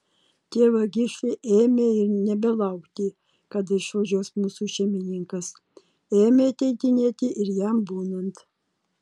tie vagišiai ėmė ir nebelaukti kada išvažiuos mūsų šeimininkas ėmė ateidinėti ir jam būnant